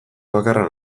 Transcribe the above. bakarra